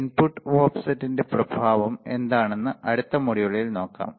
input ഓഫ്സെറ്റ്ന്റെ പ്രഭാവം എന്താണെന്ന് അടുത്ത മൊഡ്യൂളിൽ നോക്കാം